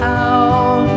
out